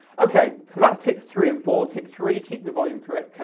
okay, so that's tips three and four. tip three, keep the volume correct.